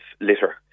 litter